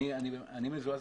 אני מזועזע.